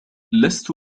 لست